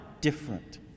different